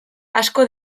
asko